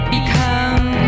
Become